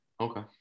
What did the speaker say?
Okay